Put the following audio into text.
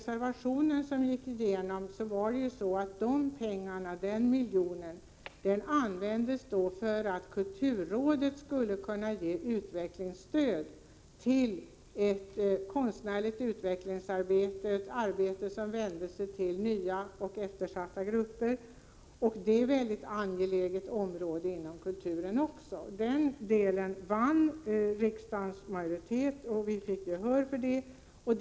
Den miljon som anslogs genom att reservationen gick igenom användes för att kulturrådet skulle kunna ge utvecklingsstöd till ett konstnärligt utvecklingsarbete, ett arbete som vände sig till nya och eftersatta grupper. Det är också ett mycket angeläget område inom kulturen. Det förslaget fick vi gehör för och en majoritet för i riksdagen.